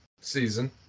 season